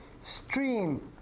stream